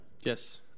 Yes